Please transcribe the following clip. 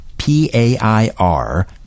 P-A-I-R